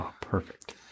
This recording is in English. Perfect